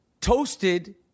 toasted